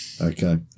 Okay